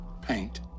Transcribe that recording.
paint